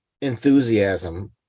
enthusiasm